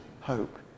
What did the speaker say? hope